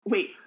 Wait